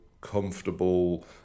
comfortable